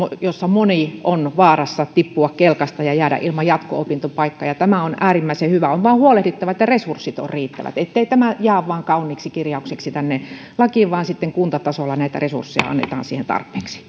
jossa moni on vaarassa tippua kelkasta ja jäädä ilman jatko opintopaikkaa ja tämä on äärimmäisen hyvä asia on vain huolehdittava että resurssit ovat riittävät ettei tämä jää vain kauniiksi kirjauksiksi lakiin vaan sitten kuntatasolla näitä resursseja annetaan siihen tarpeeksi